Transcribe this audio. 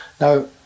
Now